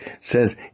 Says